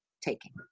taking